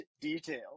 detail